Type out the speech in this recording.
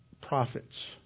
prophets